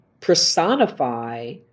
personify